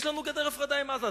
יש לנו גדר הפרדה עם עזה,